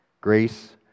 grace